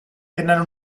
tenen